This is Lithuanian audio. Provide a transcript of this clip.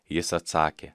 jis atsakė